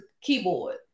keyboard